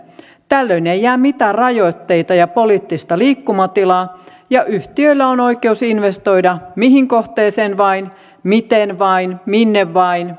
tällöin ei jää mitään rajoitteita ja poliittista liikkumatilaa ja yhtiöillä on oikeus investoida mihin kohteeseen vain miten vain minne vain